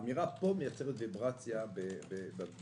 אמירה פה מייצרת ויברציות בעיר.